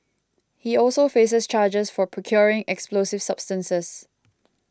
he also faces charges for procuring explosive substances